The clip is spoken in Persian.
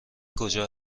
کجا